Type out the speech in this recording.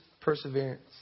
perseverance